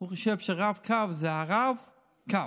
הוא חושב שרב-קו זה הרב קו,